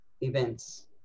events